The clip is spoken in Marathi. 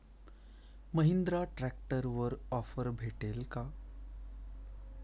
महिंद्रा ट्रॅक्टरवर ऑफर भेटेल का?